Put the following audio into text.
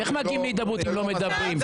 איך מגיעים להידברות אם לא מדברים?